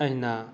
अहिना